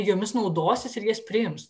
jomis naudosis ir jas priims